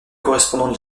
correspondant